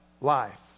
life